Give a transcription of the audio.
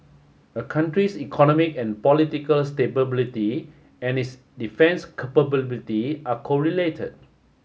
a country's economic and political and its defence capability are correlated